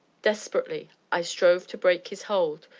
desperately i strove to break his hold,